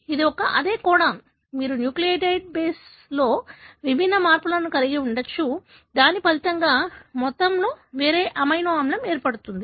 ఇది ఒక అదే కోడాన్ మీరు న్యూక్లియోటైడ్ బేస్లో విభిన్న మార్పులను కలిగి ఉండవచ్చు దీని ఫలితంగా మొత్తం వేరే అమైనో ఆమ్లం ఏర్పడుతుంది